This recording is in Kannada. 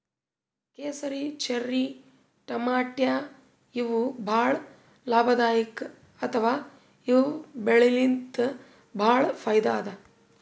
ಕೇಸರಿ, ಚೆರ್ರಿ ಟಮಾಟ್ಯಾ ಇವ್ ಭಾಳ್ ಲಾಭದಾಯಿಕ್ ಅಥವಾ ಇವ್ ಬೆಳಿಲಿನ್ತ್ ಭಾಳ್ ಫೈದಾ ಅದಾ